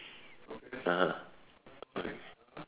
(uh huh)